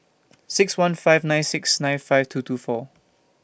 six one five nine six nine five two two four